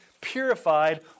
purified